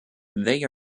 they